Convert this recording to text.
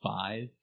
five